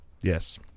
Yes